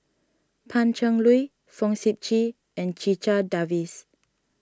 Pan Cheng Lui Fong Sip Chee and Checha Davies